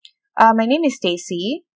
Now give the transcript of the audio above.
uh my name is stacey